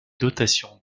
dotation